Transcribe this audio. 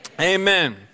amen